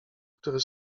który